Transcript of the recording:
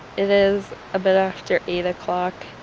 it is a bit after eight o'clock,